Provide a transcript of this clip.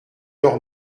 leur